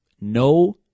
No